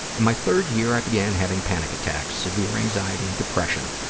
in my third year, i began having panic attacks, severe anxiety and depression,